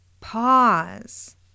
pause